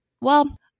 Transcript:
well-